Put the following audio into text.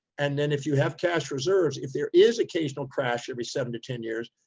and then if you have cash reserves, if there is occasional crash, every seven to ten years,